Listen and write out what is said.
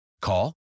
Call